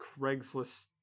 Craigslist